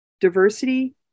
diversity